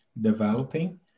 Developing